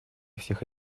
всех